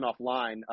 offline